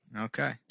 Okay